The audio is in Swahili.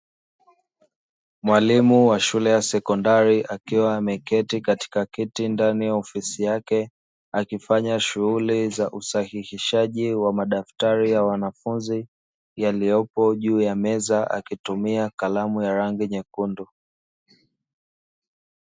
Mwalimu wa shule ya sekondari akiwa ameketi katika kiti ndani ya ofisi yake, akifanya shughuli za usahihishaji wa madaftari ya wanafunzi, yaliyopo juu ya meza akitumia kalamu ya rangi nyekundu.